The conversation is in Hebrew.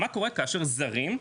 מה קורה כאשר זרים,